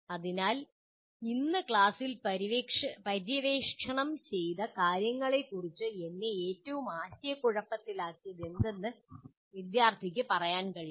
എന്നാൽ ഇന്ന് ക്ലാസ്സിൽ പര്യവേക്ഷണം ചെയ്ത കാര്യങ്ങളെക്കുറിച്ച് എന്നെ ഏറ്റവും ആശയക്കുഴപ്പത്തിലാക്കിയത് എന്തെന്ന് വിദ്യാർത്ഥിക്ക് പറയാൻ കഴിയണം